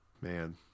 man